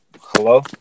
hello